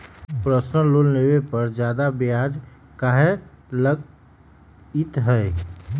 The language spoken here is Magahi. पर्सनल लोन लेबे पर ब्याज ज्यादा काहे लागईत है?